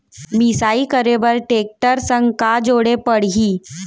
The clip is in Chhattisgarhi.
मिसाई करे बर टेकटर संग का जोड़े पड़ही?